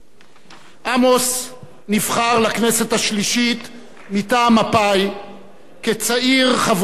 עמוס נבחר לכנסת השלישית מטעם מפא"י כצעיר חברי הכנסת,